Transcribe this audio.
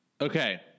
Okay